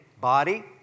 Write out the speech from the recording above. body